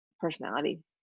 personality